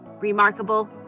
remarkable